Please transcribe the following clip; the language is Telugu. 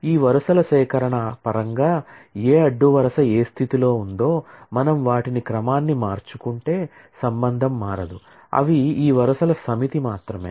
ఈ వరుసల సేకరణ పరంగా ఏ అడ్డు వరుస ఏ స్థితిలో ఉందో మనం వాటిని క్రమాన్ని మార్చుకుంటే రిలేషన్ మారదు అవి ఈ వరుసల సమితి మాత్రమే